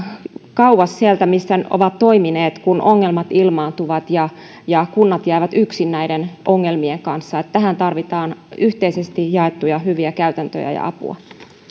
kauas sieltä missä ovat toimineet kun ongelmat ilmaantuvat ja ja kunnat jäävät yksin näiden ongelmien kanssa tähän tarvitaan yhteisesti jaettuja hyviä käytäntöjä ja apua